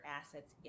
assets